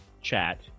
chat